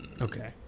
Okay